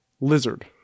Lizard